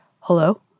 Hello